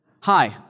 hi